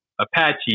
Apache